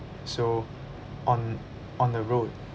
so on on the road